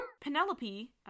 penelope